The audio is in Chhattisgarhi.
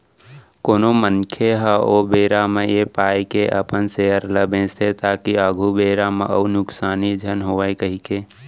कोनो मनखे ह ओ बेरा म ऐ पाय के अपन सेयर ल बेंचथे ताकि आघु बेरा म अउ नुकसानी झन होवय कहिके